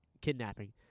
kidnapping